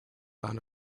find